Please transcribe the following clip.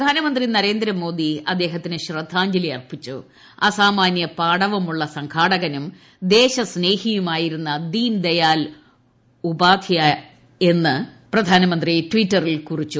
പ്രധാനമന്ത്രി നരേന്ദ്രമോദി അദ്ദേഹത്തിന് ശ്രദ്ധഞ്ജലി അസാമാന്യ പാടവമുള്ള സംഘാടകനും ദേശസ്നേഹിയുമായിരുന്നു ദീൻദയാൽ ഉപാധ്യായയെന്ന് പ്രധാനമന്ത്രി ടിറ്ററിൽ കുറിച്ചു